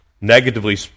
negatively